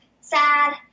sad